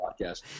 podcast